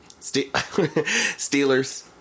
Steelers